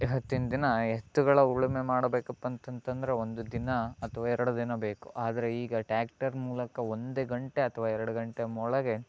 ಇವತ್ತಿನ ದಿನ ಎತ್ತುಗಳ ಉಳುಮೆ ಮಾಡ್ಬೇಕಪ್ಪಂತಂದ್ರೆ ಒಂದು ದಿನ ಅಥವಾ ಎರಡು ದಿನ ಬೇಕು ಆದರೆ ಈಗ ಟಾಕ್ಟರ್ ಮೂಲಕ ಒಂದು ಗಂಟೆ ಅಥವಾ ಎರಡು ಗಂಟೆ ಒಳಗೆ